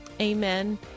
amen